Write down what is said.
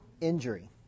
injury